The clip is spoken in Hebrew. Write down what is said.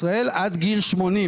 סביב 2.6 מיליארד שקלים.